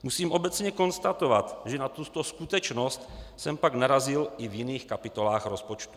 Musím obecně konstatovat, že na tuto skutečnost jsem pak narazil i v jiných kapitolách rozpočtu.